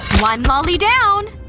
one lolly down!